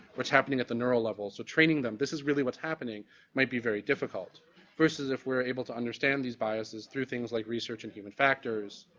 what's happening at the neuro level, so training them. this is really what's happening, it might be very difficult versus if we're able to understand these biases through things like research and human factors.